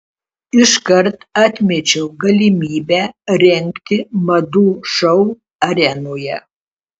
iškart atmečiau galimybę rengti madų šou arenoje